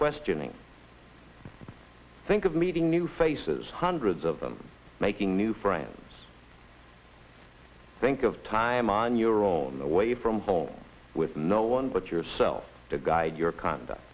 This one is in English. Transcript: questioning think of meeting new faces hundreds of them making new friends think of time on your own away from home with no one but yourself to guide your conduct